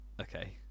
okay